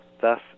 thus